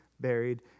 buried